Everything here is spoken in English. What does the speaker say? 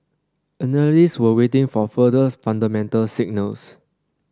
analysts were waiting for further fundamental signals